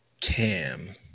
cam